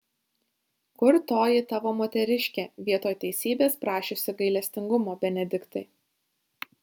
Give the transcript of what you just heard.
kur toji tavo moteriškė vietoj teisybės prašiusi gailestingumo benediktai